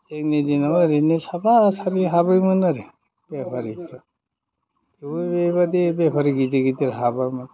जोंनि दिनाव ओरैनो साफा सानै हाबोमोन आरो बेफारिफ्रा थेवबो बेबायदि बेफारि गिदिर गिदिर हाबामोन